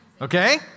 Okay